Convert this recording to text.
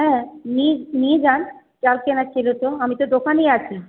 হ্যাঁ নিয়ে নিয়ে যান চাল কেনার ছিল তো আমি তো দোকানেই আছি